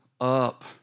up